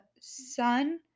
sun